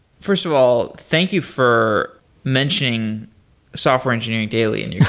first of all, thank you for mentioning software engineering daily in your